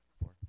four